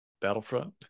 Battlefront